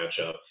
matchup